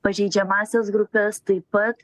pažeidžiamąsias grupes taip pat